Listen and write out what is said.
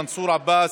מנסור עבאס,